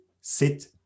sit